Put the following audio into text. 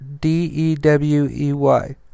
D-E-W-E-Y